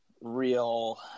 real